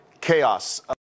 Chaos